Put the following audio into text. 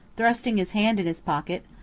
thrusting his hand in his pocket.